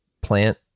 plant